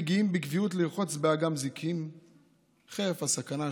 מגיעים בקביעות לרחוץ באגם זיקים חרף הסכנה,